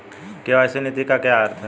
KYC नीति का क्या अर्थ है?